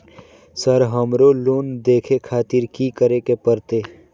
Sir हमरो loan देखें खातिर की करें परतें?